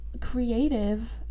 creative